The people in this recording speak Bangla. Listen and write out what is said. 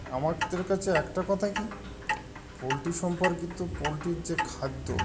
আমাদের কাছে একটা কথা কী পোলট্রি সম্পর্কিত পোলট্রির যে খাদ্য